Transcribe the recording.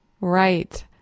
Right